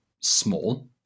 small